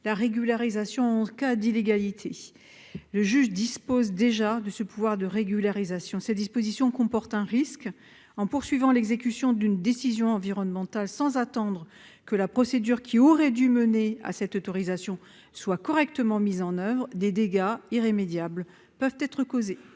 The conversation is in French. autorisation environnementale. Or le juge dispose déjà de ce pouvoir de régularisation. Cette disposition comporte un risque : si l'on poursuit l'exécution d'une décision environnementale sans attendre que la procédure qui aurait dû mener à cette autorisation soit correctement mise en oeuvre, des dégâts irrémédiables peuvent être causés.